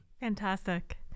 Fantastic